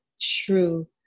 true